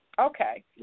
Okay